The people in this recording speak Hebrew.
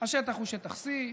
השטח הוא שטח C,